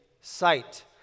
sight